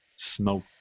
Smoke